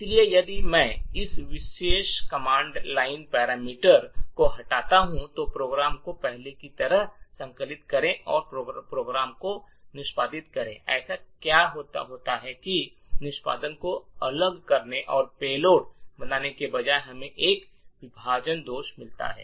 इसलिए यदि मैं इस विशेष कमांड लाइन पैरामीटर को हटाता हूं तो प्रोग्राम को पहले की तरह संकलित करें और प्रोग्राम को निष्पादित करें ऐसा क्या होता है कि निष्पादन को अलग करने और पेलोड बनाने के बजाय हमें एक विभाजन दोष मिलता है